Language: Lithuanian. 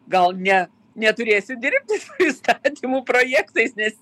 gal ne neturėsiu dirbti įstatymų projektais nes